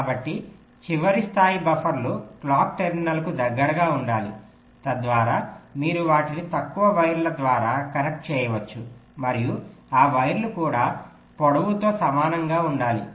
కాబట్టి చివరి స్థాయి బఫర్లు క్లాక్ టెర్మినల్లకు దగ్గరగా ఉండాలి తద్వారా మీరు వాటిని తక్కువ వైర్ల ద్వారా కనెక్ట్ చేయవచ్చు మరియు ఆ వైర్లు కూడా పొడవుతో సమననంగా ఉండాలి